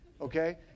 okay